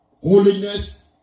holiness